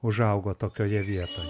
užaugo tokioje vietoje